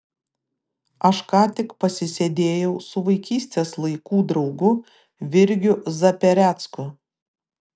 aš ką tik pasisėdėjau su vaikystės laikų draugu virgiu zaperecku